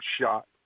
shot